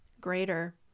greater